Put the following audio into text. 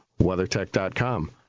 WeatherTech.com